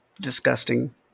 disgusting